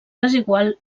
desigual